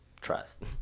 trust